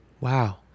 Wow